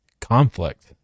conflict